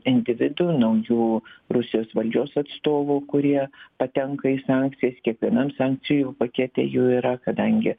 individų naujų rusijos valdžios atstovų kurie patenka į sankcijas kiekvienam sankcijų pakete jų yra kadangi